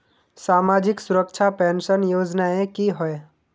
सामाजिक सुरक्षा पेंशन योजनाएँ की होय?